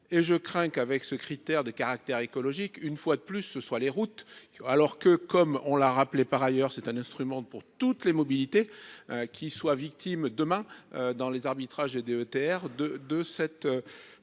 et je crains qu'avec ce critère de caractère écologique, une fois de plus, ce soit les routes alors que comme on l'a rappelé, par ailleurs, c'est un instrument pour toutes les mobilités qui soient victimes demain dans les arbitrages et DETR de de cette,